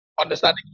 Understanding